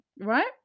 Right